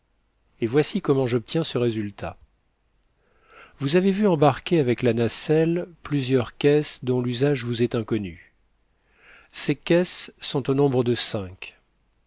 et voici comment j'obtiens ce résultat vous avez vu embarquer avec la nacelle plusieurs caisses dont l'usage vous est inconnu ces caisses sont au nombre de cinq